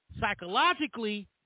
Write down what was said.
psychologically